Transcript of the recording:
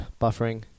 buffering